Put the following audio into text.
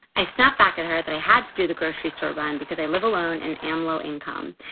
i snapped back at her that i had to do the grocery store run because i live alone and am low income.